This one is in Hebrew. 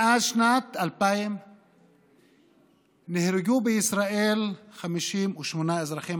מאז שנת 2000 נהרגו בישראל 58 אזרחים